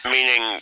Meaning